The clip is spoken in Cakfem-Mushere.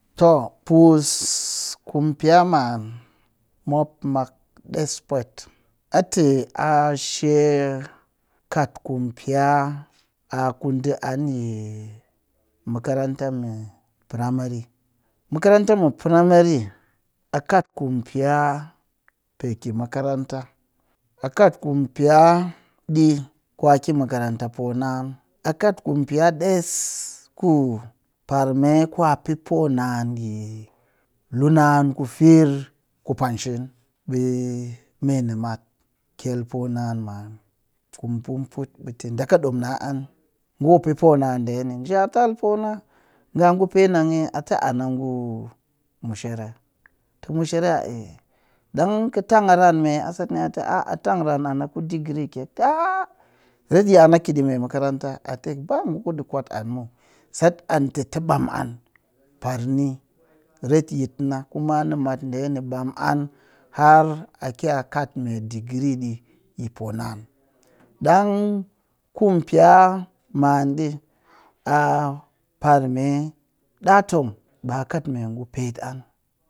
Too puss kumpiya man mop mak ɗes pwet, a tɨ ashe kat kumpiya a ku ɗi an yi makaranta mu primary makaranta mu primary a kat kumpiya pe ki makaranta a kat kumpiya ɗɨ kwa kimakaraanta mɨ poonaan a kat kumpiya ɗes ku parme ku a pee poonaan yi lunaan ku firr ku pankshin ɓɨ me namat kyel poonaan maan ku ba mu put ɓe tɨ ɗa kɨ ɗom na an ngu ku pee poonaan ɗe ni nji tal pona ɨ an ngu penan eeh a tɨ an ngu mushere tɨ mushere a eh ɗang kɨ tang a ran me a sat ni a tɨ ah a tang ran an a ku degree kyek ɓe tɨ aah ret yi an a ki ɗi me makaranta a tɨ ba ngu ku ɗɨ kwat an muw sat an tɨ te ɓam'an. Parni retyit na kuma nimat ni ɓam'an har a ki a kat me degree ɗɨ yi poonaan. Ɗang kumpiyan ma ɗɨ a parme ɗaa tong ɓaa kat me ngu pet'an